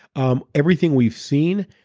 um everything we've seen,